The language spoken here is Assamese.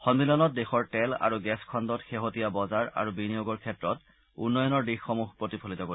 সন্মিলনত দেশৰ তেল আৰু গেছ খণ্ডত শেহতীয়া বজাৰ আৰু বিনিয়োগৰ ক্ষেত্ৰত উন্নয়নৰ দিশসমূহ প্ৰতিফলিত কৰিব